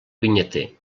vinyater